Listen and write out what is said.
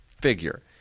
figure